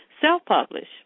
self-publish